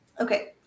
Okay